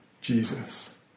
jesus